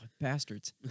bastards